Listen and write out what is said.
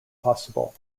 possible